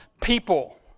people